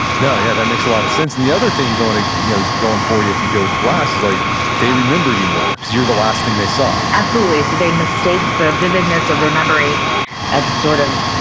no. yeah, that makes a lot of sense. the other thing going you know going for you if you go last is like they remember you more because you're the last thing they saw absolutely. they mistake the vividness of the the memory as sort of